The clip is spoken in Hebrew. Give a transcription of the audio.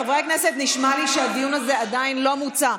חברי הכנסת, נשמע לי שהדיון הזה לא מוצה.